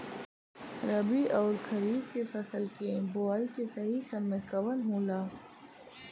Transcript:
रबी अउर खरीफ के फसल के बोआई के सही समय कवन होला?